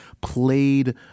played